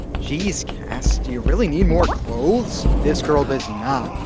jeez, cass, do you really need more clothes? this girl does